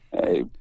Hey